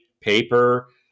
paper